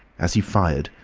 as he fired,